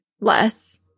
less